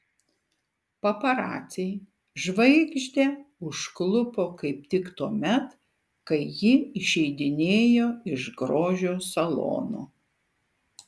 paparaciai žvaigždę užklupo kaip tik tuomet kai ji išeidinėjo iš grožio salono